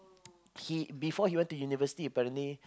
he before he went to university apparently